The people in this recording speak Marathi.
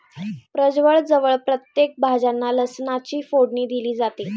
प्रजवळ जवळ प्रत्येक भाज्यांना लसणाची फोडणी दिली जाते